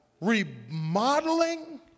remodeling